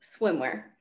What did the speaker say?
swimwear